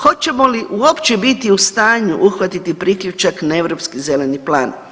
Hoćemo li uopće biti u stanju uhvatiti priključak na Europski zeleni plan?